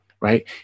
right